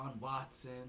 Watson